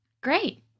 Great